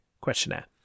questionnaire